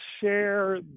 share